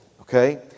okay